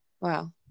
Wow